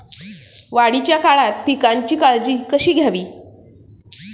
वाढीच्या काळात पिकांची काळजी कशी घ्यावी?